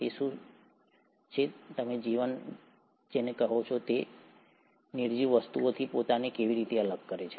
તે શું છે જેને તમે જીવન કહો છો અને તે નિર્જીવ વસ્તુઓથી પોતાને કેવી રીતે અલગ કરે છે